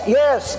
yes